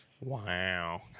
Wow